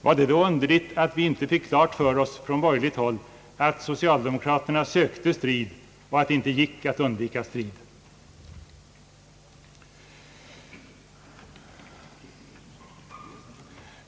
Var det då underligt att vi från borgerligt håll fick klart för oss att socialdemokraterna sökte strid och att det inte gick att undvika strid?